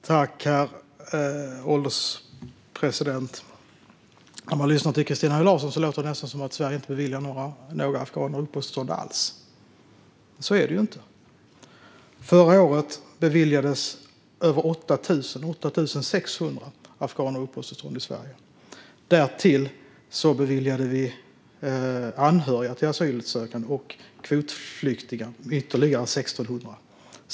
Herr ålderspresident! När man lyssnar till Christina Höj Larsen låter det nästan som att Sverige inte beviljar några afghaner alls uppehållstillstånd. Så är det inte. Förra året beviljades 8 600 afghaner uppehållstillstånd i Sverige. Därtill beviljade vi anhöriga till asylsökande och kvotflyktingar ytterligare 1 600 uppehållstillstånd.